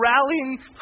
rallying